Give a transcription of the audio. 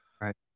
Right